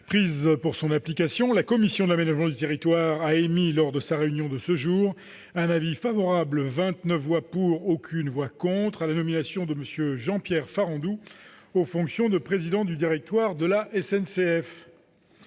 prises pour son application, la commission de l'aménagement du territoire a émis, lors de sa réunion de ce jour, un avis favorable- 29 voix pour, aucune voix contre -à la nomination de M. Jean-Pierre Farandou aux fonctions de président du directoire de la SNCF.